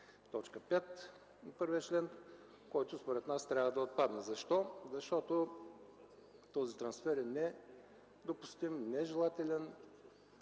– т. 5 от чл. 1, който според нас трябва да отпадне. Защо? Защото този трансфер е недопустим, нежелателен